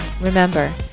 remember